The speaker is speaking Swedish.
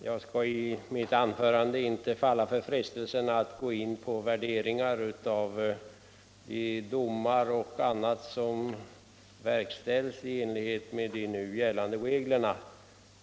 Herr talman! Jag skall inte falla för frestelsen att gå in på värderingar av de domar som verkställs i enlighet med nu gällande regler.